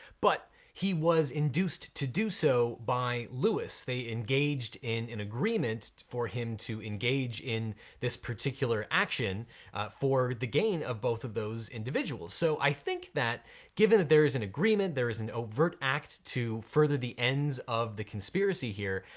but he was induced to do so by louis, they engaged in an agreement for him to engage in this particular action for the gain of both of those individuals. so i think that given that there is an agreement, there is an overt act to further the ends of the conspiracy here,